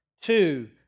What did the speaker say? Two